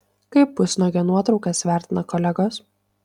kaip pusnuogio nuotraukas vertina kolegos